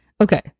Okay